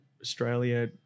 Australia